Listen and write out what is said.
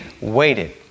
waited